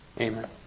Amen